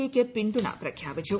A യ്ക്ക് പിന്തുണ പ്രഖ്യാപിച്ചു